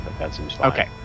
Okay